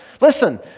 Listen